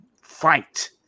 fight